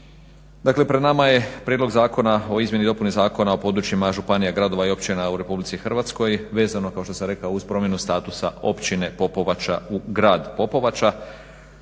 Dakle, pred nama je prijedlog Zakona o izmjeni i dopuni Zakona o područjima županija, gradova i općina u Republici Hrvatskoj vezano kao što sam rekao uz promjenu statusa općine Popovača u grad Popovača.